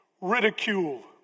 Ridicule